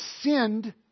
sinned